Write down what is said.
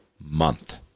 month